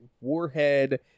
Warhead